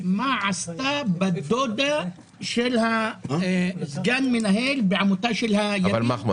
מה עשתה בת דודה של סגן המנהל בעמותת ימין זו או אחרת.